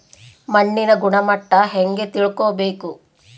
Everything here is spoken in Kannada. ಮಣ್ಣಿನ ಗುಣಮಟ್ಟ ಹೆಂಗೆ ತಿಳ್ಕೊಬೇಕು?